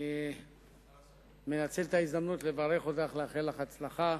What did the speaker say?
אני מנצל את ההזדמנות לברך אותך ולאחל לך הצלחה.